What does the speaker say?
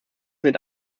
mit